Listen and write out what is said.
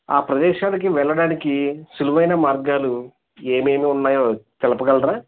ఆ ప్రదేశానికి వెళ్ళడానికి సులువైన మార్గాలు ఏమేమి ఉన్నాయో తెలపగలరా